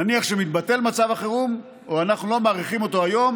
נניח שמתבטל מצב החירום או אנחנו לא מאריכים אותו היום